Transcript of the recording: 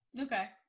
Okay